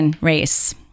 race